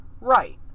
Right